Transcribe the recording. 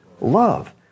love